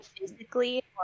physically